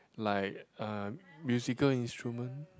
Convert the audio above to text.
like uh musical instrument